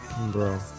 Bro